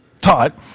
taught